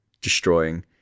destroying